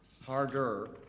harder.